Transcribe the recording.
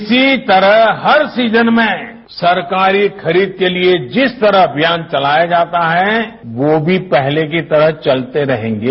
इसी तरह हर सीजन में सरकारी खरीद के लिए जिस तरह अभियान चलाया जाता है वो भी पहले की तरह चलते रहेंगे